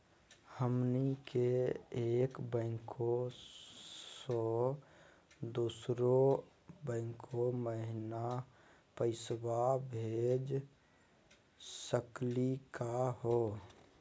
हमनी के एक बैंको स दुसरो बैंको महिना पैसवा भेज सकली का हो?